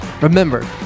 remember